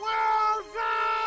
Wilson